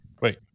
wait